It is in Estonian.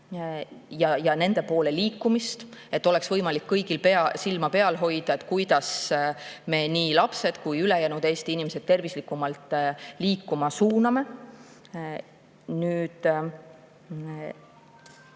ja nende poole liikumine, et kõigil oleks võimalik silm peal hoida, kuidas me nii lapsed kui ka ülejäänud Eesti inimesed tervislikumalt liikuma suuname.